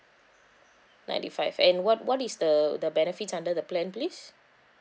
ninety five and what what is the the benefits under the plan please